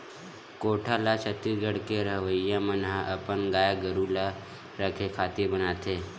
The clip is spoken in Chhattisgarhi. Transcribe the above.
कोठा ल छत्तीसगढ़ के रहवइया मन ह अपन गाय गरु ल रखे खातिर बनाथे